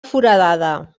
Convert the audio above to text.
foradada